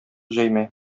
җәймә